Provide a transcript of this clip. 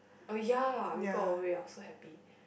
oh ya we got away I was so happy